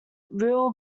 real